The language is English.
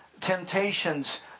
temptations